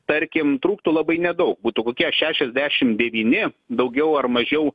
tarkim trūktų labai nedaug būtų kokie šešiasdešim devyni daugiau ar mažiau